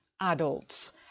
adults